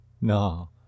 No